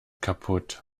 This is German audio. kaputt